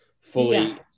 fully